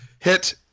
hit